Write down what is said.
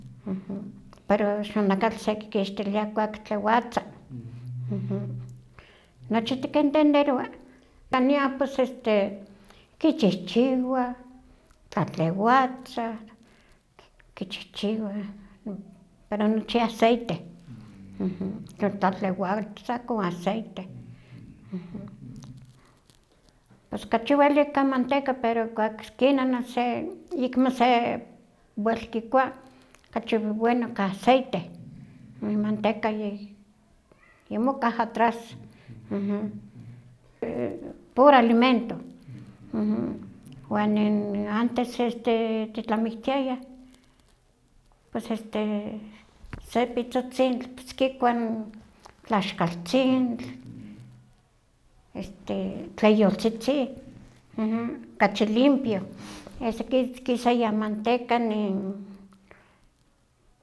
Pero xonakatl sekikixtilia ihkuak tlewatza, nochi tikentenderowa, ka niah pos este kichihchiwah, tlatlewatzah, kichihchiwah pero nochi aceite, tlatlewatzah con aceite, pos kachi welik ka manteca pero ken ayekmo se ayekmo se wel kikua kachi weno ka aceite, manteca yimokah atrás, puro alimento wan nin antes titlamiktiaya pues este se pitzotzintl pues kikua n tlaxkaltzintli, este tleyoltzitzi, kachi limpio, kisaya manteca nin.